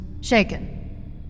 shaken